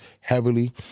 heavily